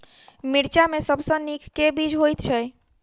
मिर्चा मे सबसँ नीक केँ बीज होइत छै?